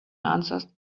answered